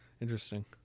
interesting